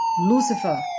Lucifer